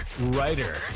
writer